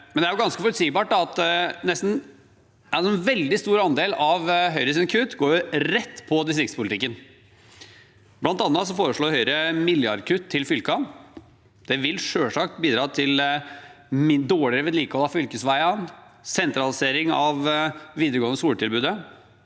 men det er ganske forutsigbart at en veldig stor andel av Høyres kutt går rett på distriktspolitikken. Blant annet foreslår Høyre milliardkutt til fylkene, og det vil selvsagt bidra til dårligere vedlikehold av fylkesveiene og sentralisering av det videregående skoletilbudet.